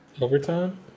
overtime